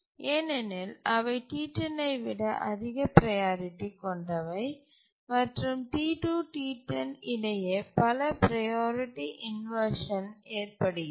ஏனெனில் அவை T10ஐ விட அதிக ப்ரையாரிட்டி கொண்டவை மற்றும் T2 T10 இடையே பல ப்ரையாரிட்டி இன்வர்ஷன் ஏற்படுகிறது